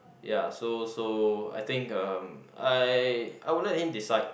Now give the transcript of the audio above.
ya so so I think uh I I will let him decide